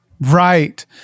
Right